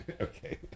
Okay